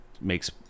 makes